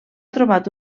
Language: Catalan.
trobat